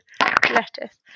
lettuce